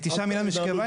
9 מיליון משקי בית.